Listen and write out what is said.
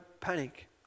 panic